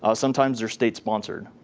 ah sometimes they're state-sponsored.